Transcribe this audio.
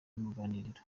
n’uruganiriro